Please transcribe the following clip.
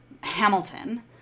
hamilton